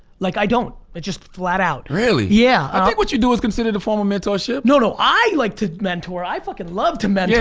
like i don't. i but just flat out. really? yeah. i think what you do is consider the form of mentorship. no, no, i like to mentor. i fucking love to mentor.